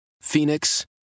Phoenix